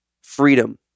freedom